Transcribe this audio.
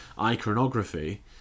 iconography